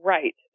Right